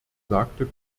sagte